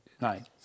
Nine